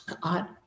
God